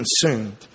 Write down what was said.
consumed